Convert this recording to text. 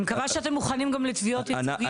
אני מקווה שאתם מוכנים לתביעות ייצוגיות